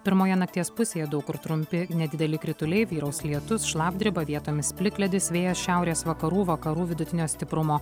pirmoje nakties pusėje daug kur trumpi nedideli krituliai vyraus lietus šlapdriba vietomis plikledis vėjas šiaurės vakarų vakarų vidutinio stiprumo